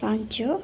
ପାଞ୍ଚ